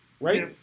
Right